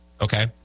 okay